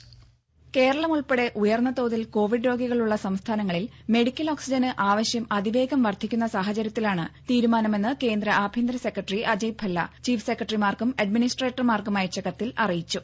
ദേദ കേരളം ഉൾപ്പെടെ ഉയർന്ന തോതിൽ കോവിഡ് രോഗികളുള്ള സംസ്ഥാനങ്ങളിൽ മെഡിക്കൽ ഓക്സിജന് ആവശ്യം അതിവേഗം വർദ്ധിക്കുന്ന സാഹചര്യത്തിലാണ് തീരുമാനമെന്ന് കേന്ദ്ര ആഭ്യന്തര സെക്രട്ടറി അജയ് ഭല്ല ചീഫ് സെക്രട്ടറിമാർക്കും അഡ്മിനിസ്ട്രേറ്റർമാർക്കും അയച്ച കത്തിൽ അറിയിച്ചു